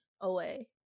away